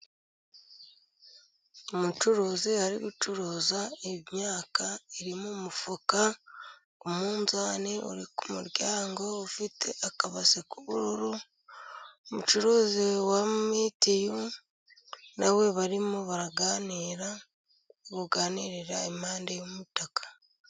Umucuruzi ari gucuruza imyaka iri mu mufuka, umunzani uri ku muryango ufite akabase k'ubururu, umucuruzi wa mitiyu nawe barimo baraganira, baganirira impande y'umutaka.